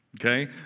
Okay